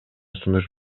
сунуш